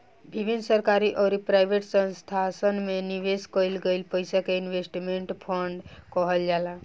विभिन्न सरकारी अउरी प्राइवेट संस्थासन में निवेश कईल गईल पईसा के इन्वेस्टमेंट फंड कहल जाला